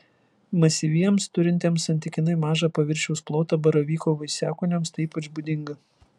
masyviems turintiems santykinai mažą paviršiaus plotą baravyko vaisiakūniams tai ypač būdinga